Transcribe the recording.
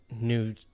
new